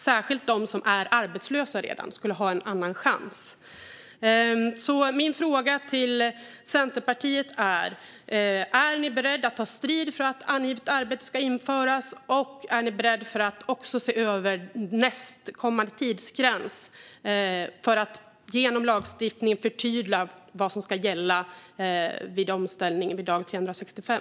Särskilt de som redan är arbetslösa skulle ha en annan chans. Min fråga till Centerpartiet är: Är ni beredda att ta strid för att angivet arbete ska införas? Och är ni beredda att också se över nästkommande tidsgräns för att genom lagstiftning förtydliga vad som ska gälla vid omställningen dag 365?